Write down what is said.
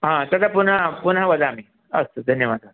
आ तद् पुनः पुनः वदामि अस्तु धन्यवादाः